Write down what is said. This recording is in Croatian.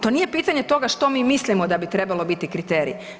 To nije pitanje toga što mi mislimo da bi trebalo biti kriterij.